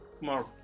more